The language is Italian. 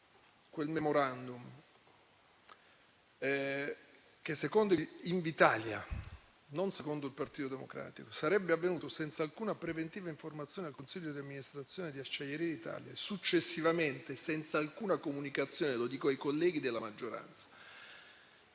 quel *memorandum*, secondo Invitalia e non secondo il Partito Democratico, è stato sottoscritto senza alcuna preventiva informazione al consiglio di amministrazione di Acciaierie d'Italia e successivamente senza alcuna comunicazione - lo dico ai colleghi della maggioranza